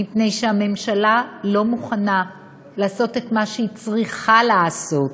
מפני שהממשלה לא מוכנה לעשות את מה שהיא צריכה לעשות,